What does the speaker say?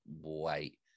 wait